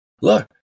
Look